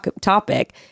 topic